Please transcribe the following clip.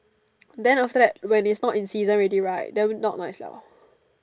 then after that when is not in season already right then not not as well